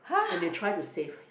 and they try to save